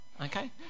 Okay